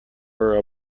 for